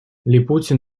липутин